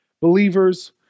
believers